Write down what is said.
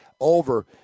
over